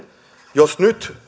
jos nyt